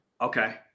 Okay